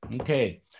Okay